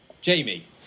Jamie